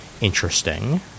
interesting